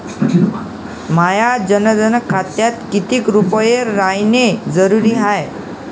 माह्या जनधन खात्यात कितीक रूपे रायने जरुरी हाय?